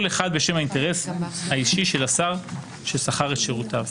כל אחד בשם האינטרס האישי של השר ששכר את שירותיו.